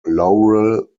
laurel